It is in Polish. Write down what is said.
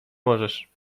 możesz